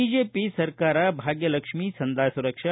BJP ಸರ್ಕಾರ ಭಾಗ್ಯಲಕ್ಷ್ಮೀ ಸಂಧ್ಯಾ ಸುರಕ್ಷಾ